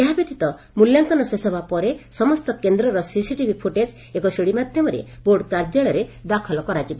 ଏହା ବ୍ୟତୀତ ମିଲ୍ୟାଙ୍କନ ଶେଷ ହେବା ପରେ ସମ୍ଠ କେନ୍ଦର ସିସିଟିଭି ଫୂଟେଜ୍ ଏକ ସିଡି ମାଧ୍ଘମରେ ବୋର୍ଡ କାର୍ଯ୍ୟାଳୟରେ ଦାଖଲ କରାଯିବ